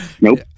Nope